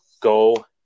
go